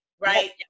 right